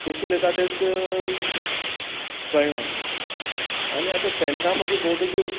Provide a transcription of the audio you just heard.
कशी उलयता तेंस कळना आनी आतां फ्रँडसां मदीं भोंवतकीर